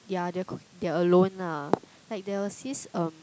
ya they are c~ they are alone lah like there was this um